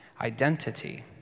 identity